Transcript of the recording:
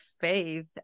faith